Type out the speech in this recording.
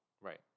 Right